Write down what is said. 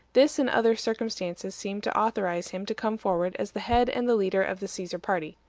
this and other circumstances seemed to authorize him to come forward as the head and the leader of the caesar party.